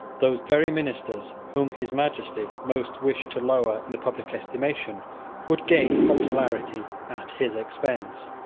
those very ministers whom his majesty most wished to lower in the public estimation would gain popularity at his expense.